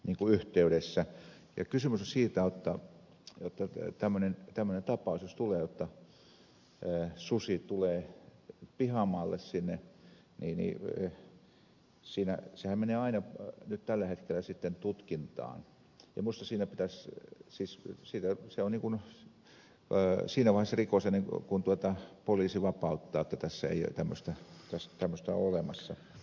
kysymys on siitä jotta tämmöinen tapaus jos tulee jotta susi tulee sinne pihamaalle niin sehän menee aina nyt tällä hetkellä sitten tutkintaan ja minusta se on niin kuin siinä vaiheessa rikos ennen kuin poliisi vapauttaa että tässä ei tämmöistä ole olemassa